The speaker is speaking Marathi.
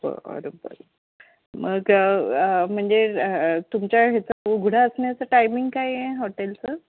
बरं बरं मग म्हणजे तुमच्या ह्याचं उघडा असण्याचं टायमिंग काय हॉटेलचं